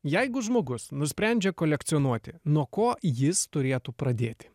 jeigu žmogus nusprendžia kolekcionuoti nuo ko jis turėtų pradėti